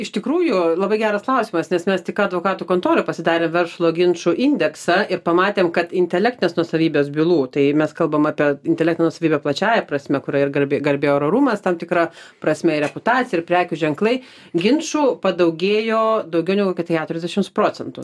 iš tikrųjų labai geras klausimas nes mes tik advokatų kontoroj pasidarę verslo ginčų indeksą ir pamatėm kad intelektinės nuosavybės bylų tai mes kalbam apie intelektinę nuosavybę plačiąja prasme kuria ir garbė garbė ir orumas tam tikra prasme ir reputacija ir prekių ženklai ginčų padaugėjo daugiau negu kad keturiasdešimts procentų